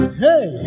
hey